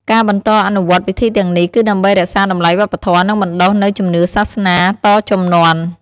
ការបន្តអនុវត្តន៍ពិធីទាំងនេះ គឺដើម្បីរក្សាតម្លៃវប្បធម៌ និងបណ្តុះនូវជំនឿសាសនាតជំនាន់។